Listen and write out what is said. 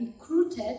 recruited